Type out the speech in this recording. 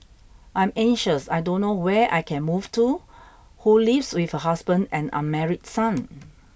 I'm anxious I don't know where I can move to who lives with her husband and unmarried son